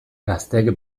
gazteek